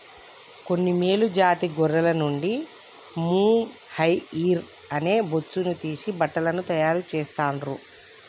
కొన్ని మేలు జాతి గొర్రెల నుండి మొహైయిర్ అనే బొచ్చును తీసి బట్టలను తాయారు చెస్తాండ్లు